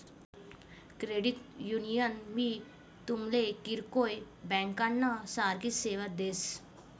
credit union भी तुमले किरकोय ब्यांकना सारखी सेवा देस